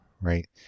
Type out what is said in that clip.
right